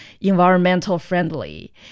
environmental-friendly